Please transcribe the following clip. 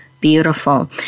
beautiful